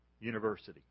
University